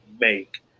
make